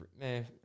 Man